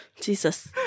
Jesus